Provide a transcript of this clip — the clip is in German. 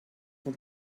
von